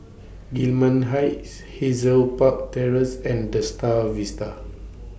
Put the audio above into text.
Gillman Heights Hazel Park Terrace and The STAR of Vista